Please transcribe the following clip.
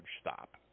stop